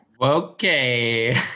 Okay